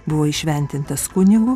buvo įšventintas kunigu